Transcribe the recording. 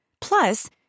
Plus